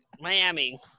Miami